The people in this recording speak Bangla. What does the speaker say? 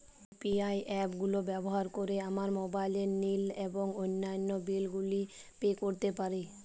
ইউ.পি.আই অ্যাপ গুলো ব্যবহার করে আমরা মোবাইল নিল এবং অন্যান্য বিল গুলি পে করতে পারি